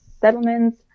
settlements